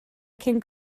cyn